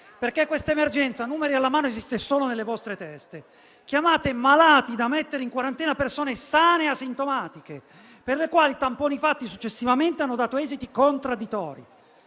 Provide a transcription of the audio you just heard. Perché questa emergenza, numeri alla mano, esiste solo nelle vostre teste. Chiamate malati da mettere in quarantena persone sane e asintomatiche, per le quali i tamponi fatti successivamente hanno dato esiti contraddittori.